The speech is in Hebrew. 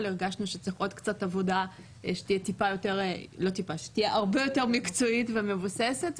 אבל הרגשנו שצריך עוד קצת עבודה שתהיה הרבה יותר מקצועית ומבוססת,